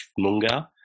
Munga